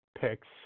picks